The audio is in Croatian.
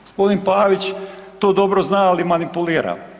Gospodin Pavić to dobro zna, ali manipulira.